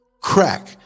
crack